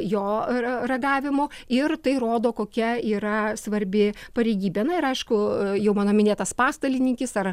jo ragavimu ir tai rodo kokia yra svarbi pareigybė na ir aišku jau mano minėtas pastalininkis ar